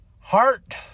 heart